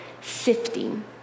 sifting